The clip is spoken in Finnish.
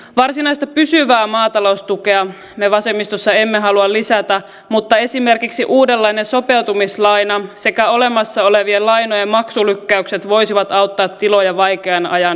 varsinaista pysyvää maataloustukea me vasemmistossa emme halua lisätä mutta esimerkiksi uudenlainen sopeutumislaina sekä olemassa olevien lainojen maksulykkäykset voisivat auttaa tiloja vaikean ajan yli